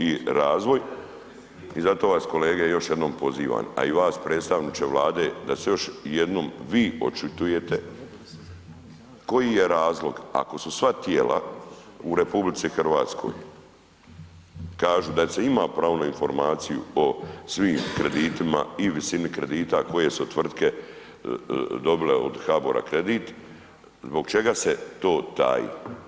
I zato vas kolege, još jednom pozivam, a i vas, predstavniče Vlade, da se još jednom vi očitujete koji je razlog, ako su sva tijela u RH, kažu da se ima pravo na informaciju o svim kreditima i visini kredita koje su tvrtke dobile od HBOR-a kredit, zbog čega se to taji?